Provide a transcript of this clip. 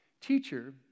Teacher